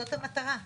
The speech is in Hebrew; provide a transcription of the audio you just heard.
זאת המטרה.